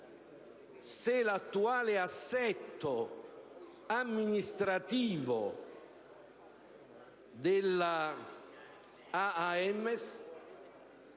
se l'attuale assetto amministrativo dell'AAMS,